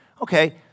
Okay